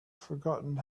forgotten